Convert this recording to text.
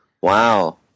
Wow